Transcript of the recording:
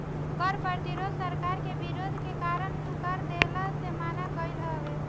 कर प्रतिरोध सरकार के विरोध के कारण कर देहला से मना कईल हवे